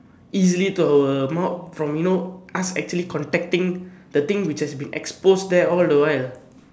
easily to our mouths from you know us actually contacting the thing which has been exposed there all the while